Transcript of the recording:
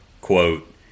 quote